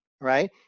right